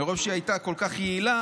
מרוב שהיא הייתה כל כך יעילה,